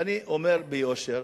ואני אומר ביושר: